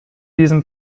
diesem